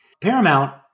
Paramount